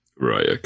Right